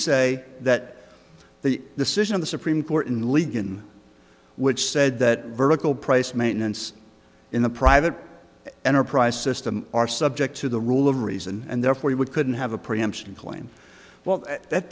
say that the decision of the supreme court in league in which said that vertical price maintenance in the private enterprise system are subject to the rule of reason and therefore you would couldn't have a preemption claim well that